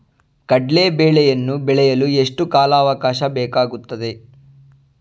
ಕಡ್ಲೆ ಬೇಳೆಯನ್ನು ಬೆಳೆಯಲು ಎಷ್ಟು ಕಾಲಾವಾಕಾಶ ಬೇಕಾಗುತ್ತದೆ?